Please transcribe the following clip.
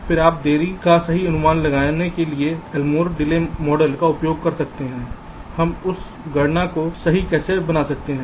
फिर आप देरी का सही अनुमान लगाने के लिए एलमोर डिले मॉडल का उपयोग कर सकते हैं हम उस गणना को सही कैसे बना सकते हैं